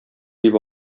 дип